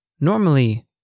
Normally